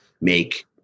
make